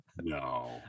No